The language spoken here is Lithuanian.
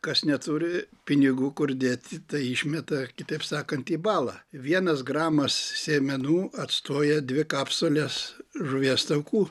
kas neturi pinigų kur dėti tai išmeta kitaip sakant į balą vienas gramas sėmenų atstoja dvi kapsules žuvies taukų